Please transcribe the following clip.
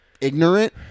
ignorant